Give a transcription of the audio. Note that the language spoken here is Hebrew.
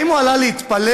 האם הוא עלה להתפלל?